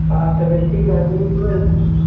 আচ্ছা বেশ ঠিক আছে তুমি